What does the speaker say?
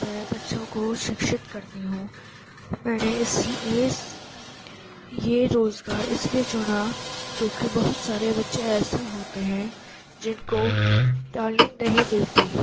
میں بچوں کو شکشت کرتی ہوں میں نے اس لیے اس یہ روزگار اس لیے چنا کیونکہ بہت سارے بچے ایسے ہوتے ہیں جن کو تعلیم نہیں ملتی